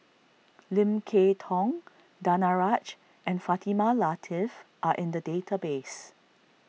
Lim Kay Tong Danaraj and Fatimah Lateef are in the database